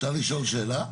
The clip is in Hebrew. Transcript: אפשר לשאול שאלה?